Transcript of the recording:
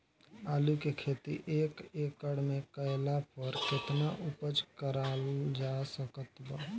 आलू के खेती एक एकड़ मे कैला पर केतना उपज कराल जा सकत बा?